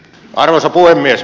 arvoisa puhemies